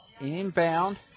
inbound